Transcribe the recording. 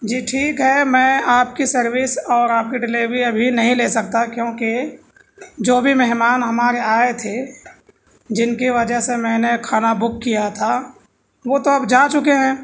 جی ٹھیک ہے میں آپ کی سروس اور آپ کی ڈلیوری ابھی نہیں لے سکتا کیونکہ جو بھی مہمان ہمارے آئے تھے جن کی وجہ سے میں نے کھانا بک کیا تھا وہ تو اب جا چکے ہیں